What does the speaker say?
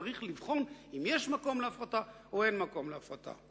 צריך לבחון אם יש מקום להפרטה או אין מקום להפרטה.